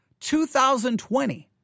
2020